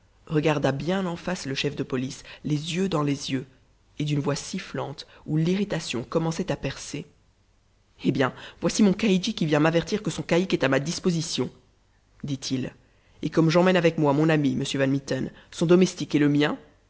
regarda bien en face le chef de police les yeux dans les yeux et d'une voix sifflante où l'irritation commençait à percer eh bien voici mon caïdji qui vient m'avertir que son caïque est à ma disposition dit-il et comme j'emmène avec moi mon ami monsieur van mitten son domestique et le mien